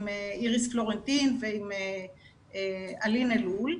עם איריס פלורנטין ועם אלין אלול,